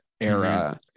era